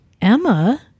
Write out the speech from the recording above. Emma